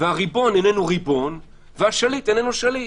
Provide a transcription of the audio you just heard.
והריבון אינו ריבון והשליט אינו שליט.